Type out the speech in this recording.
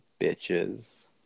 bitches